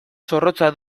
zorrotza